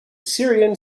syrian